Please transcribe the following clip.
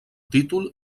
títol